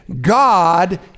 God